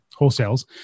wholesales